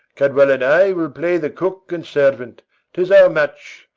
cadwal and i will play the cook and servant tis our match.